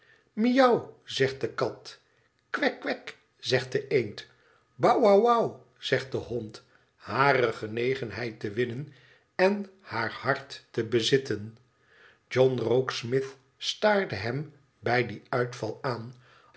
miauw zegt de kat kwekkwek zegt de eend bou wou wou zegt de hond hare genegenheid te winnen en haar hart te bezitten john rokesmith staarde hem bij dien uitval aan